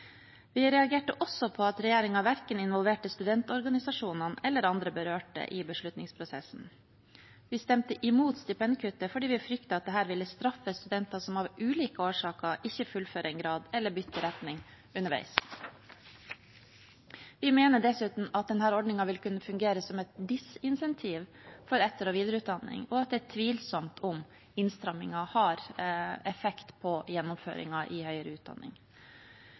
Vi reagerte også på at regjeringen verken involverte studentorganisasjonene eller andre berørte i beslutningsprosessen. Vi stemte imot stipendkuttet fordi vi fryktet at dette ville straffe studenter som av ulike årsaker ikke fullfører en grad, eller som bytter retning underveis. Vi mener dessuten at denne ordningen vil kunne fungere som et disinsentiv for etter- og videreutdanning, og at det er tvilsomt om innstrammingen har effekt på gjennomføringen i høyere utdanning.